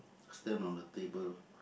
stand on the table